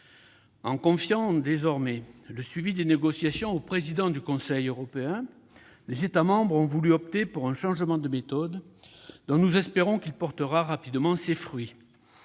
En confiant désormais le suivi des négociations au président du Conseil européen, les États membres ont voulu opter pour un changement de méthode, dont nous espérons qu'il portera rapidement ses fruits.